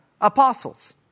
apostles